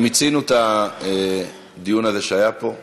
מיצינו את הדיון הזה שהיה פה.